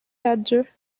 badger